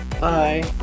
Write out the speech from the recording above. Bye